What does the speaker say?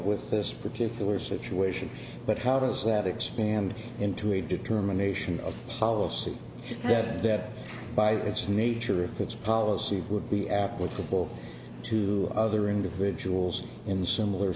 with this particular situation but how does that expand into a determination of policy that by its nature of its policy would be applicable to other individuals in similar